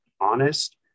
honest